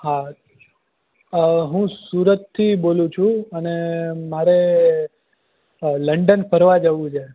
હા હું સુરતથી બોલું છું અને મારે લંડન ફરવા જવું છે